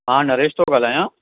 हां नरेश थो ॻाल्हायां